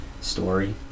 story